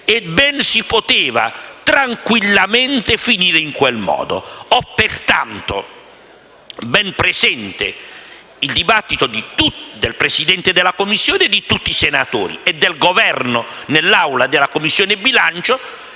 E ben si poteva, tranquillamente, finire in quel modo. Ho ben presente il dibattito del Presidente della Commissione e di tutti senatori e del Governo, nell'Aula della Commissione bilancio,